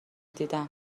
دیدم